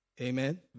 Amen